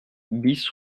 bis